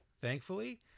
thankfully